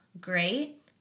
great